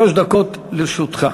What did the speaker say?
שלוש דקות לרשותך.